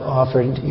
offered